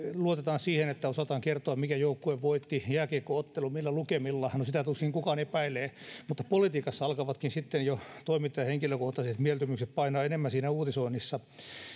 luotetaan siihen että osataan kertoa mikä joukkue voitti jääkiekko ottelun millä lukemilla no sitä tuskin kukaan epäilee mutta politiikassa alkavatkin sitten jo toiminta ja henkilökohtaiset mieltymykset painaa enemmän siinä uutisoinnissa